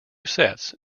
sets